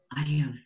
Adios